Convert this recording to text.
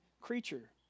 creature